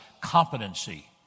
competency